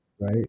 right